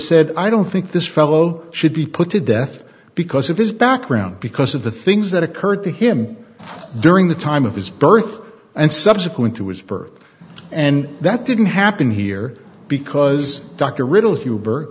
said i don't think this fellow should be put to death because of his background because of the things that occurred to him during the time of his birth and subsequent to his birth and that didn't happen here because dr riddle huber